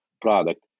product